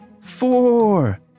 Four